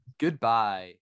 Goodbye